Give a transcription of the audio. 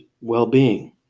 well-being